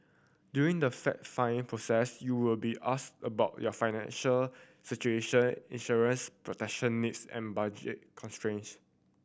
during the fact find process you will be asked about your financial situation insurance protection needs and budget constraints